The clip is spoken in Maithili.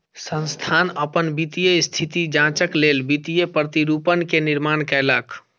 संस्थान अपन वित्तीय स्थिति जांचक लेल वित्तीय प्रतिरूपण के निर्माण कयलक